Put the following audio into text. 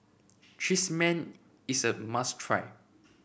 cheese man is a must try